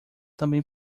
também